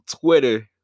twitter